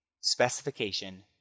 specification